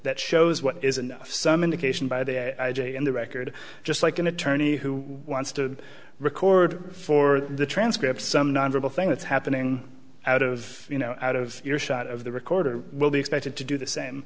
that shows what is enough some indication by the on the record just like an attorney who wants to record for the transcript some non verbal thing that's happening out of you know out of earshot of the recorder will be expected to do the